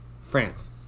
France